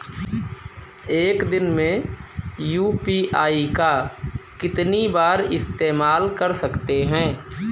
एक दिन में यू.पी.आई का कितनी बार इस्तेमाल कर सकते हैं?